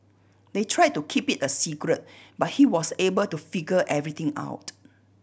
they tried to keep it a secret but he was able to figure everything out